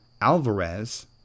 Alvarez